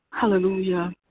Hallelujah